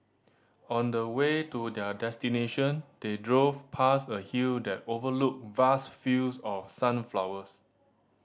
on the way to their destination they drove past a hill that overlooked vast fields of sunflowers